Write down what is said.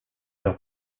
leur